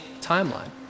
timeline